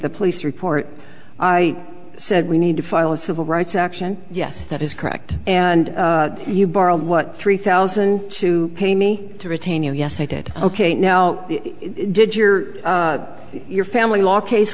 the police report i said we need to file a civil rights action yes that is correct and you borrowed what three thousand to pay me to retain you yes i did ok now did your your family law case